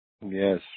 Yes